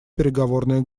переговорные